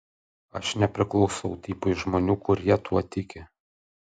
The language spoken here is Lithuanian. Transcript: aš nepriklausau tipui žmonių kurie tuo tiki